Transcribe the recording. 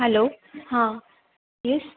hello हां yes